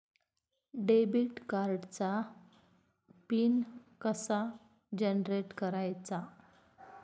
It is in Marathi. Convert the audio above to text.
डेबिट कार्डचा पिन कसा जनरेट करायचा?